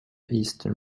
eastern